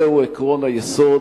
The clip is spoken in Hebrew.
זהו עקרון היסוד,